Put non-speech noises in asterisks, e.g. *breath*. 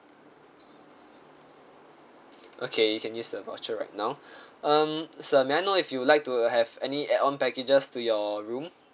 okay you can use the voucher right now *breath* um sir may I know if you would like to have any add on packages to your room